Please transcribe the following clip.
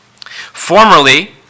Formerly